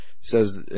says